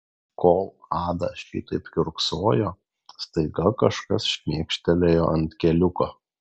kol ada šitaip kiurksojo staiga kažkas šmėkštelėjo ant keliuko